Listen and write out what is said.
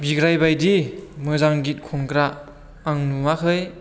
बिग्राइ बायदि मोजां गित खनग्रा आं नुआखै